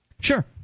Sure